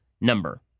number